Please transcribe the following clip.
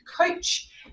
Coach